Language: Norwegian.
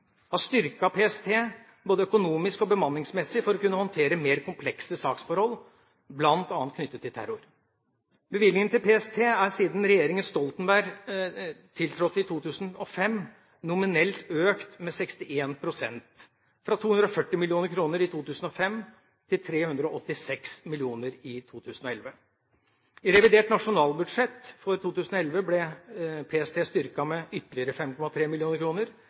regjeringer har styrket PST både økonomisk og bemanningsmessig for å kunne håndtere mer komplekse saksforhold bl.a. knyttet til terror. Bevilgningen til PST er siden regjeringa Stoltenberg tiltrådte i 2005, nominelt økt med 61 pst., fra 240 mill. kr i 2005 til 386 mill. kr i 2011. I revidert nasjonalbudsjett for 2011 ble PST styrket med ytterligere 5,3